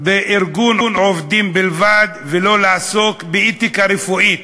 בארגון עובדים בלבד, ולא לעסוק באתיקה רפואית.